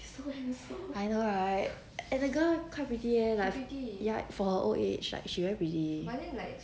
I know right and the girl quite pretty leh like like for her old age like she very pretty